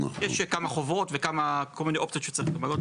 יש כמה חובות וכמה, כל מיני אופציות שצריך למלא.